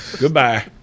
Goodbye